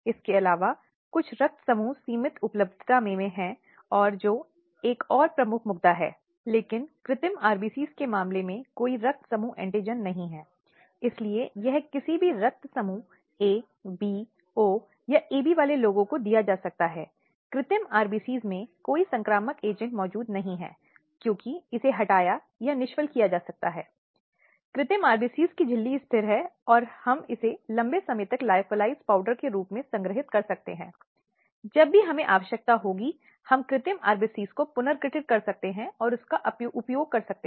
इसलिए लैंगिक हिंसा जब हम इसके बारे में बात करते हैं तो पांच प्रकारों में से कोई भी रूप ले सकता है या यह एक या अधिक का संयोजन हो सकता है और यह अधिक गंभीर रूपों में हो सकता है जैसे कि शारीरिक यौन या यह अधिक मातहत रूपों में अधिक हो सकता है जैसा कि शायद भावनात्मक शोषण या उपेक्षा के मामले में हो सकता है